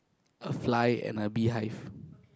a fly and a beehive